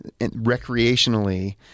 recreationally